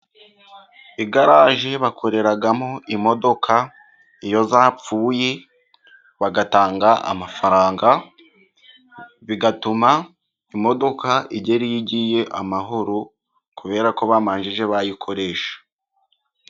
Igaraje bakoreramo imodoka iyo zapfuye, bagatanga amafaranga bigatuma imodoka igera iyo igiye amahoro, kubera ko bamaze kuyikoresha.